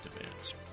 demands